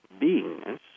beingness